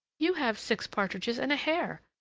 you have six partridges and a hare!